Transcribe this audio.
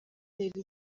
reba